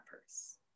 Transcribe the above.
purse